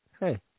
hey